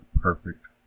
perfect